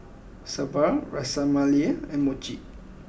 Sambar Ras Malai and Mochi